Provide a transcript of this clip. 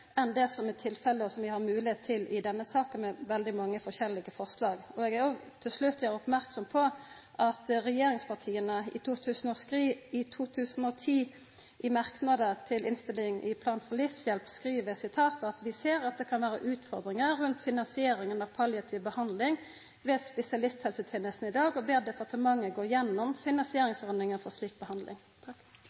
enn det som er tilfellet, og som vi har moglegheit til i denne saka, med veldig mange forskjellige forslag. Eg vil til slutt òg gjera merksam på at regjeringspartia i 2010 i merknadar til innstillinga om plan for livshjelp skreiv at dei «ser at det kan være utfordringer rundt finansieringen av palliativ behandling ved spesialisthelsetjenesten i dag, og ber departementet gå igjennom finansieringsordningen for slik behandling».